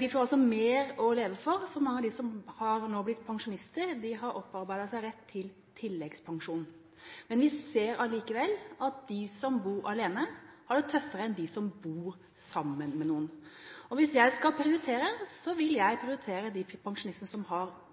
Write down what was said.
De får altså mer å leve for, for mange av dem som nå har blitt pensjonister, har opparbeidet seg rett til tilleggspensjon. Vi ser allikevel at de som bor alene, har det tøffere enn dem som bor sammen med noen. Hvis jeg skal prioritere, vil jeg prioritere de pensjonistene som har